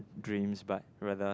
dreams but rather